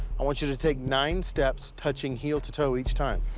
i want you to take nine steps, touching heel to toe each time.